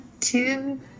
two